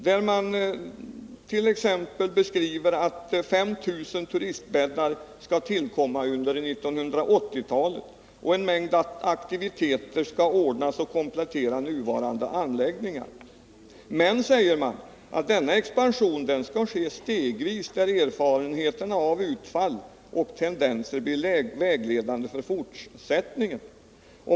Där säger man att ”5 000 turistbäddar skall tillkomma under 1980-talet. En mängd aktiviteter skall ordnas och komplettera nuvarande anläggningar.” Men sedan säger man att ”denna expansion skall ske stegvis, där erfarenheterna av utfall och tendenser blir vägledande för fortsättningen”.